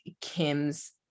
Kim's